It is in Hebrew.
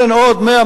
תן עוד 100,